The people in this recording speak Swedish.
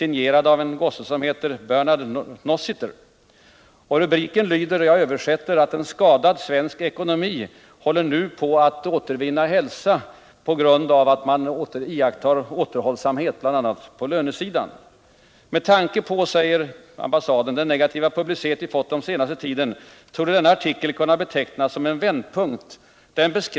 I rubriken sägs — jag översätter till svenska — att en skadad svensk ekonomi nu håller på att återvinna hälsan på grund av att man iakttar återhållsamhet, bl.a. på lönesidan. Med tanke på, säger man på ambassaden, den negativa publicitet vi fått den senaste tiden torde denna artikel kunna betecknas som en vändpunkt.